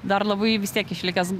dar labai vis tiek išlikęs